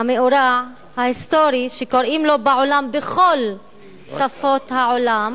המאורע ההיסטורי שקוראים לו בעולם בכל שפות העולם,